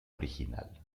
original